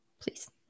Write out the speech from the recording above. please